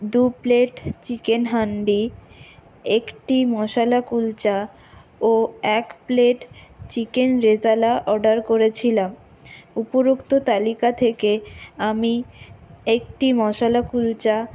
দু plate chicken handi একটি মশালা কুলচা ও এক প্লেট চিকেন রেজালা অর্ডার করেছিলাম উপরোক্ত তালিকা থেকে আমি একটি মশালা কুলচা